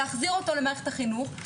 להחזיר אותו למערכת החינוך.